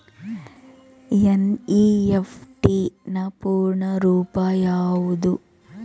NEFT ನ ಪೂರ್ಣ ರೂಪ ಯಾವುದು?